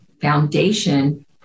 foundation